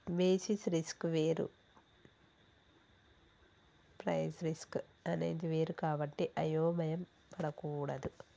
basis risk వేరు price risk అనేది వేరు కాబట్టి అయోమయం పడకూడదు